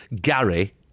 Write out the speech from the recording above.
Gary